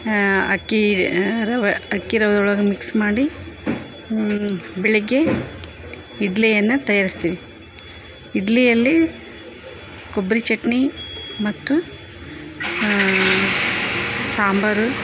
ಅಕ್ಕಿ ರವ ಅಕ್ಕಿ ರವದೊಳಗ ಮಿಕ್ಸ್ ಮಾಡಿ ಬೆಳಗ್ಗೆ ಇಡ್ಲಿಯನ್ನ ತಯಾರಿಸ್ತೀವಿ ಇಡ್ಲಿಯಲ್ಲಿ ಕೊಬ್ಬರಿ ಚಟ್ನಿ ಮತ್ತು ಸಾಂಬರು